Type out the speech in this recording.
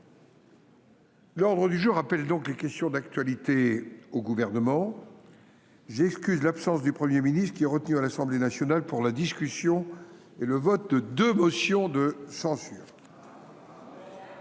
L’ordre du jour appelle les réponses à des questions d’actualité au Gouvernement. J’excuse l’absence de M. le Premier ministre, qui est retenu à l’Assemblée nationale pour la discussion et le vote de deux motions de censure.